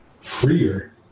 freer